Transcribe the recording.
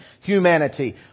humanity